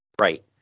Right